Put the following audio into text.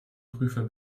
prüfer